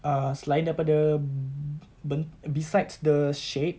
uh selain daripada ben~ besides the shape